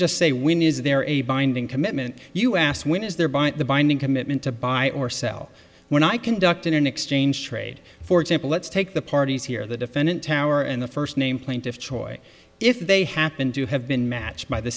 just say we need is there a binding commitment you asked when is thereby the binding commitment to buy or sell when i conducted an exchange trade for example let's take the parties here the defendant tower and the first name plaintiff choice if they happen to have been matched by the